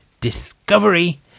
Discovery